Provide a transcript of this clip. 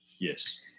Yes